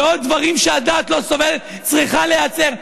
ועוד דברים שהדעת לא סובלת, צריכה להיעצר.